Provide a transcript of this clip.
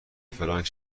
فرانک